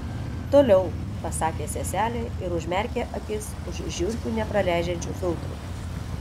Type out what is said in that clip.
toliau pasakė seselė ir užmerkė akis už žiurkių nepraleidžiančių filtrų